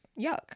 yuck